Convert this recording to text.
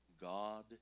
God